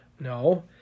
No